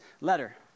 letter